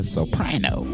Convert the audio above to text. Soprano